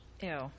Ew